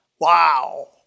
Wow